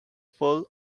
full